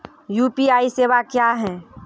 UPI सेवा क्या हैं?